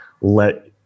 let